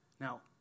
Now